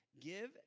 Give